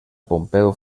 pompeu